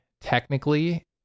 technically